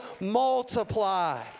multiply